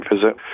visit